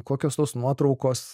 kokios tos nuotraukos